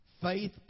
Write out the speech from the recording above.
Faith